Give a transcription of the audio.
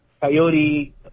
coyote